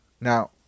now